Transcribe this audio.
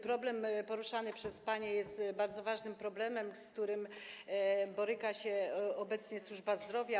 Problem poruszany przez panie jest bardzo ważnym problemem, z którym boryka się obecnie służba zdrowia.